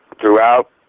throughout